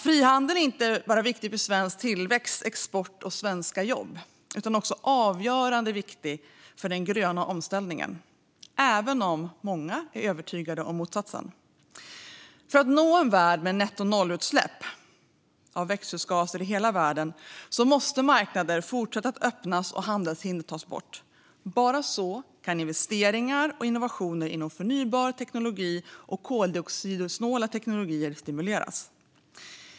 Frihandeln är inte bara viktig för svensk tillväxt, svensk export och svenska jobb; den är också avgörande viktig för den gröna omställningen, även om många är övertygade om motsatsen. För att nå en värld med nettonollutsläpp av växthusgaser i hela världen måste marknader fortsätta att öppnas och handelshinder tas bort. Bara så kan investeringar och innovationer inom förnybar energi och koldioxidsnåla teknologier stimuleras.